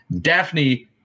Daphne